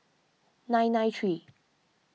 nine nine three